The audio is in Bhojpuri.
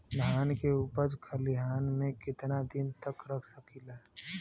धान के उपज खलिहान मे कितना दिन रख सकि ला?